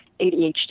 ADHD